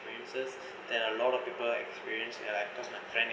when users there are a lot of people experience ya like cause my friend